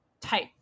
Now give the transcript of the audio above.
type